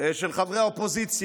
של חברי האופוזיציה,